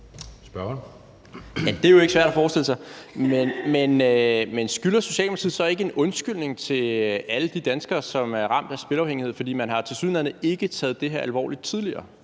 Det er jo ikke svært at forestille sig. Men skylder Socialdemokratiet så ikke en undskyldning til alle de danskere, som er ramt af spilafhængighed? For man har tilsyneladende ikke taget det her alvorligt tidligere.